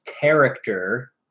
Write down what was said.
character